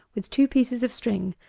with two pieces of string,